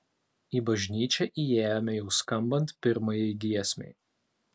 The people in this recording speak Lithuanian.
į bažnyčią įėjome jau skambant pirmajai giesmei